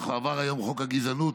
עבר היום חוק הגזענות,